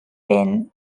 been